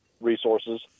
resources